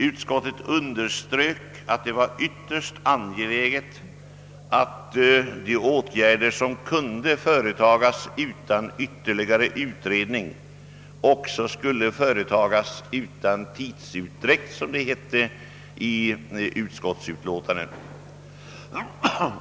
Utskottet underströk att det var ytterst angeläget att de åtgärder, som kunde företagas utan ytterligare utredning, också vidtoges utan tidsut dräkt — som det hette i utlåtandet.